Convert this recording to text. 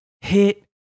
hit